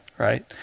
Right